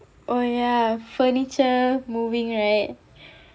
oh ya furniture moving right